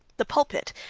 the pulpit,